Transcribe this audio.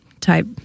type